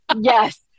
yes